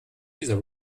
dieser